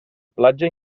plaça